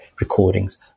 recordings